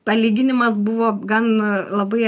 palyginimas buvo gan labai